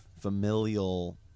Familial